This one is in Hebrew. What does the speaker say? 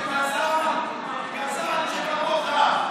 גזען שכמוך,